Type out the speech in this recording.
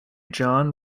john